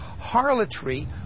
Harlotry